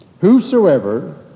whosoever